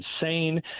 insane